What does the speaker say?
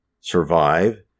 survive